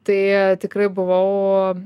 tai tikrai buvau